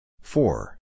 Four